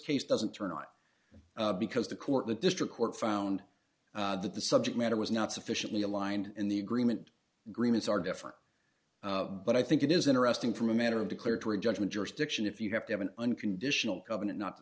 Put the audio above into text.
case doesn't turn out because the court the district court found that the subject matter was not sufficiently aligned and the agreement agreements are different but i think it is interesting from a matter of declaratory judgment jurisdiction if you have to have an unconditional covenant not